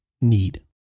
need